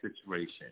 situation